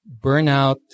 burnout